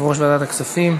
יושב-ראש ועדת הכספים.